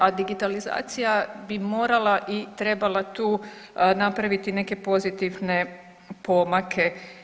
A digitalizacija bi morala i trebala tu napraviti neke pozitivne pomake.